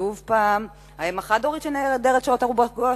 שוב האם החד-הורית שנעדרת שעות מרובות